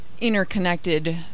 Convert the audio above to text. interconnected